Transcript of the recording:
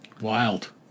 wild